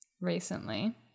recently